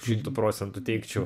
šimtu procentų teigčiau